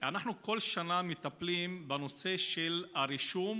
אנחנו כל שנה מטפלים בנושא של הרישום